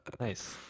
nice